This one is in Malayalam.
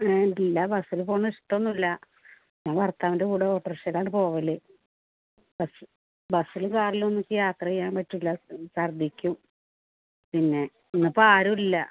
ബസ്സിൽ പോണെ ഇഷ്ടമൊന്നും ഇല്ല ഞാൻ ഭർത്താവിൻ്റെ കൂടെ ഓട്ടോറിക്ഷയിലാണ് പോവൽ പക്ഷേ ബസിലും കാറിലും ഒന്നും എനിക്ക് യാത്ര ചെയ്യാൻ പറ്റില്ല ഛർദിക്കും പിന്നെ ഇന്ന് ഇപ്പ ആരും ഇല്ല